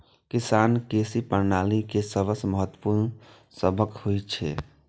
किसान कृषि प्रणाली के सबसं महत्वपूर्ण स्तंभ होइ छै